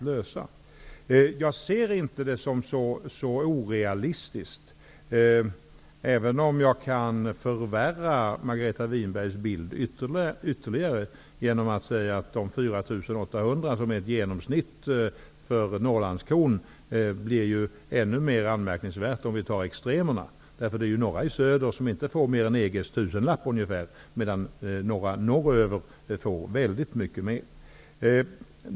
Låt mig, även med risk att ytterligare förvärra Margareta Winbergs bild av läget, nämna att det genomsnittliga stödet för Norrlandskon om 4 800 kr framstår som ännu mera anmärkningsvärt mot bakgrund av extremvärdena. Nere i söder får några jordbrukare inte mer än EG:s ca 1 000 kr per ko, medan några norröver får väldigt mycket mer.